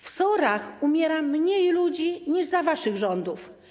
W SOR-ach umiera mniej ludzi niż za waszych rządów.